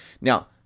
Now